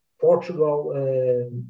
Portugal